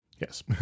yes